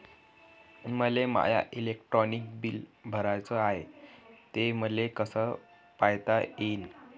मले my electric bill भराचं हाय, ते मले कस पायता येईन?